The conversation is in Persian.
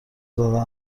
زدن